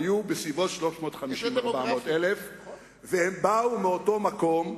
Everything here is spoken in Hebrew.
היו בסביבות 350,000 400,000. הם באו מאותו מקום,